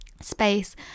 space